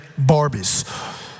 Barbies